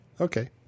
Okay